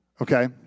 Okay